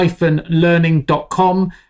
learning.com